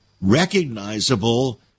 recognizable